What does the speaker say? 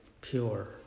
pure